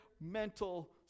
mental